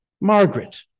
Margaret